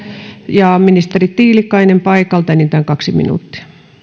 ministeri tiilikainen paikalta enintään kaksi minuuttia